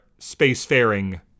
spacefaring